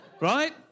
Right